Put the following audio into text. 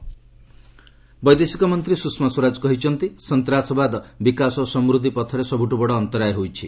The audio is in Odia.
ସ୍ୱଷମା ସ୍ୱରାଜ ବୈଦେଶିକ ମନ୍ତ୍ରୀ ସୁଷମା ସ୍ୱରାଜ କହିଛନ୍ତି ସନ୍ତାସବାଦ ବିକାଶ ଓ ସମୃଦ୍ଧି ପଥରେ ସବୁଠୁ ବଡ ଅନ୍ତରାୟ ହୋଇପଡିଛି